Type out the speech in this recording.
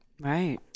Right